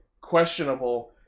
questionable